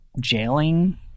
jailing